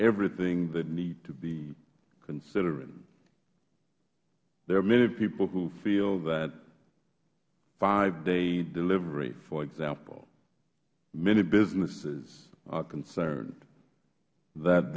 everything that needs to be considered there are many people who feel that five day delivery for example many businesses are concerned that